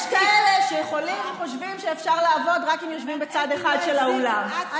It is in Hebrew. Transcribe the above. יש כאלה שחושבים שאפשר לעבוד רק אם יושבים בצד אחד של האולם.